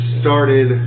started